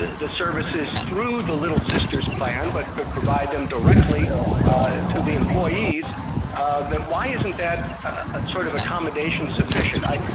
the the services through the little sisters plan, but could provide them directly ah to the employees ah why isn't that ah sort of accommodations sufficient? i,